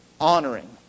honoring